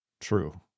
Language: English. True